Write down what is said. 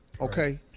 Okay